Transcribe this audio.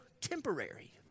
temporary